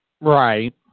Right